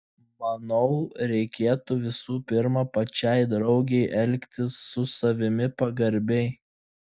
manau reikėtų visų pirma pačiai draugei elgtis su savimi pagarbiai